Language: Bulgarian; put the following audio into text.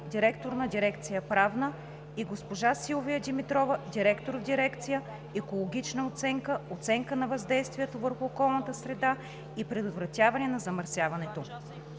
директор на дирекция „Правна“, и госпожа Силвия Димитрова – директор в дирекция „Екологична оценка, оценка на въздействието върху околната среда и предотвратяване на замърсяването”.